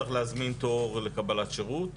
צריך להזמין תור לקבלת שירות.